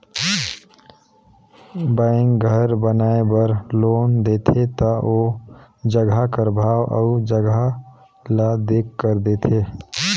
bank घर बनाए बर लोन देथे ता ओ जगहा कर भाव अउ जगहा ल देखकर देथे